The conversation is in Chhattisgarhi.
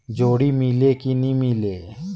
जोणी मीले कि नी मिले?